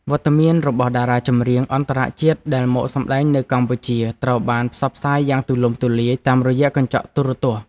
វត្តមានរបស់តារាចម្រៀងអន្តរជាតិដែលមកសម្តែងនៅកម្ពុជាត្រូវបានផ្សព្វផ្សាយយ៉ាងទូលំទូលាយតាមរយៈកញ្ចក់ទូរទស្សន៍។